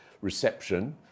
reception